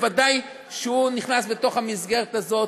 ודאי שהוא נכנס בתוך המסגרת הזאת,